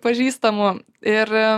pažįstamų ir